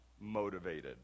motivated